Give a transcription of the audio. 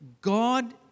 God